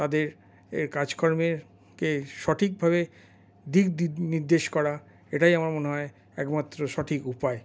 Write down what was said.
তাদের এ কাজকর্মের সঠিকভাবে দিক নির্দেশ করা এটাই আমার মনে হয় একমাত্র সঠিক উপায়